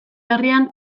herrian